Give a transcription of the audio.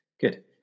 good